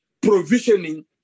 provisioning